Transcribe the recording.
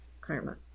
karma